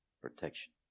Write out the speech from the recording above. Protection